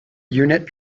unit